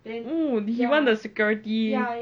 oh then he want the security